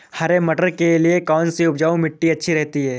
हरे मटर के लिए कौन सी उपजाऊ मिट्टी अच्छी रहती है?